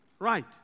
Right